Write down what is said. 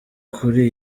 kuri